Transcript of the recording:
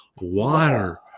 water